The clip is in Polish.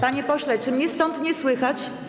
Panie pośle, czy mnie stąd nie słychać?